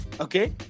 Okay